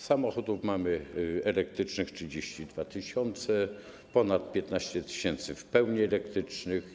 Samochodów elektrycznych mamy 32 tys., ponad 15 tys. w pełni elektrycznych.